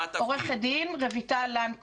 אני עורכת דין רויטל לן כהן,